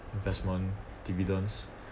investment dividends